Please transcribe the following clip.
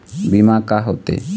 बीमा का होते?